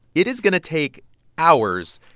it is going to take hours.